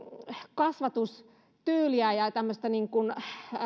kasvatustyyliä ja ja tällaista niin kuin